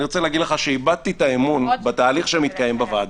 אני רוצה להגיד לך שאיבדתי את האמון בתהליך שמתקיים בוועדה,